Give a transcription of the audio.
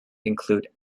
include